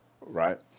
Right